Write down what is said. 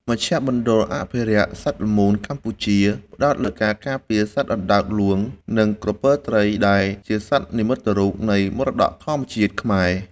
មជ្ឈមណ្ឌលអភិរក្សសត្វល្មូនកម្ពុជា ផ្ដោតលើការការពារសត្វអណ្តើកហ្លួង និងសត្វក្រពើត្រីដែលជាសត្វនិមិត្តរូបនៃមរតកធម្មជាតិខ្មែរ។